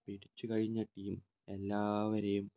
പിടിച്ച് കഴിഞ്ഞ ടീം എല്ലാവരെയും